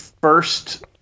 first